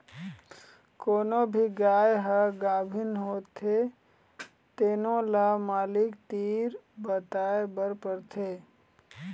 कोनो भी गाय ह गाभिन होथे तेनो ल मालिक तीर बताए बर परथे